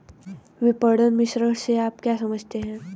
विपणन मिश्रण से आप क्या समझते हैं?